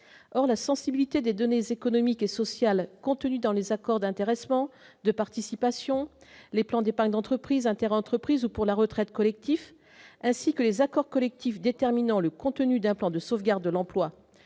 or la sensibilité des données économiques et sociales contenues dans les accords d'intéressement de participation, les plans d'épargne entreprise inter-interentreprises ou pour la retraite collectif ainsi que les accords collectifs déterminant le contenu d'un plan de sauvegarde de l'emploi